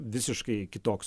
visiškai kitoks